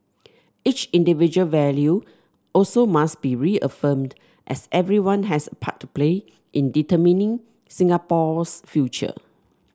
each individual value also must be reaffirmed as everyone has a part to play in determining Singapore's future